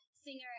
singer